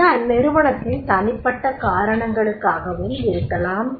அது அந்நிறுவனத்தின் தனிப்பட்ட காரணங்களுக்காகவும் இருக்கலாம்